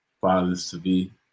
fathers-to-be